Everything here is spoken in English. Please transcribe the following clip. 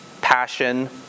passion